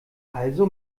also